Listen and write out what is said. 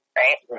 right